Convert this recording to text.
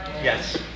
Yes